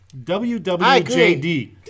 WWJD